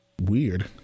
Weird